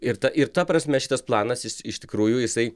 ir ta ir ta prasme šitas planas jis iš tikrųjų jisai